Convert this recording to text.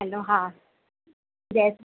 हलो हा जय